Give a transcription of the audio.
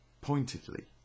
pointedly